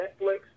Netflix